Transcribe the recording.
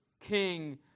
King